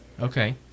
Okay